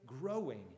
growing